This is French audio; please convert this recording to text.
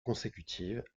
consécutive